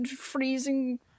freezing